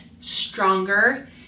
stronger